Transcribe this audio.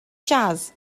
jazz